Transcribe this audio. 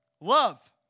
Love